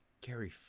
Gary